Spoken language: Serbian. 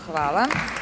Hvala.